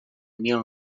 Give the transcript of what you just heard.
mil